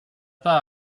pas